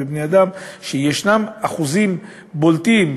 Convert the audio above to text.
ובבני-אדם שישנם אחוזים בולטים,